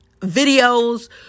videos